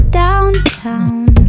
downtown